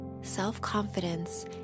self-confidence